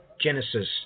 Genesis